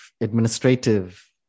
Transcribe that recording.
administrative